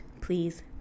please